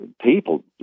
people